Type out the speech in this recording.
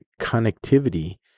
connectivity